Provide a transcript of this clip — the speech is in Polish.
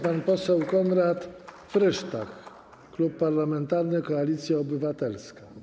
Pan poseł Konrad Frysztak, Klub Parlamentarny Koalicja Obywatelska.